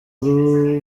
muri